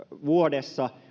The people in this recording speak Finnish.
vuodessa